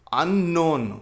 unknown